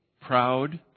proud